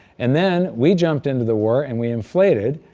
and then we jumped into the war and we inflated,